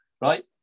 right